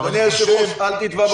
אדוני היושב-ראש, אל תטבע בפרטים.